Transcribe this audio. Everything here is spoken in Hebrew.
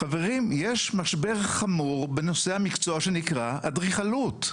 חברים, יש משבר חמור בנושא המקצוע שנקרא אדריכלות.